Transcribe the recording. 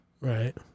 Right